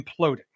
imploding